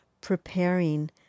preparing